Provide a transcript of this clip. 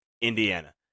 Indiana